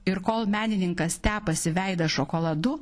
ir kol menininkas tepasi veidą šokoladu